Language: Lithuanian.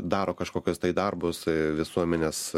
daro kažkokius tai darbus visuomenės